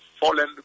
fallen